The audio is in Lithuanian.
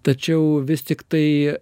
tačiau vis tiktai